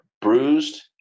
bruised